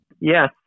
Yes